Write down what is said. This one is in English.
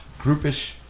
groupish